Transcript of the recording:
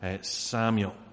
Samuel